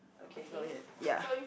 okay go ahead ya